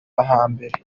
hambere